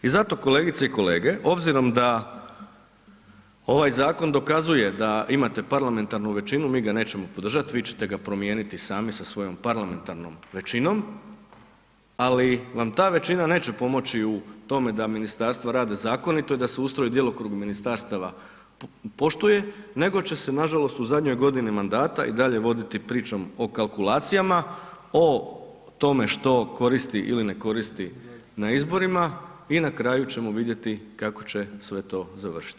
I zato kolegice i kolege, obzirom da ovaj zakon dokazuje da imate parlamentarnu većinu, mi ga nećemo podržati, vi ćete ga promijeniti sami sa svojom parlamentarnom većinom, ali vam ta većina neće pomoći u tome da ministarstva rade zakonito i da se ustroj i djelokrug ministarstava poštuje nego će se nažalost u zadnjoj godini mandata i dalje voditi pričom o kalkulacijama, o tome što koristi ili ne koristi na izborima i na kraju ćemo vidjeti kako će sve to završiti.